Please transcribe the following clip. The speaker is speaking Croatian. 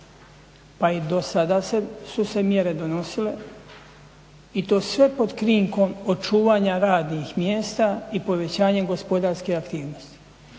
Pa i do sada su se mjere donosile i to sve pod krinkom očuvanja radnih mjesta i povećanje gospodarske aktivnosti.